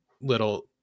little